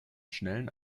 schnellen